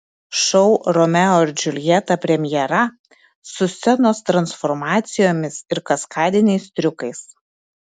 šou romeo ir džiuljeta premjera su scenos transformacijomis ir kaskadiniais triukais